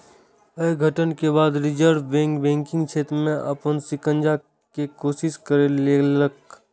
अय घटना के बाद रिजर्व बैंक बैंकिंग क्षेत्र पर अपन शिकंजा कसै के कोशिश केलकै